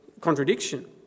contradiction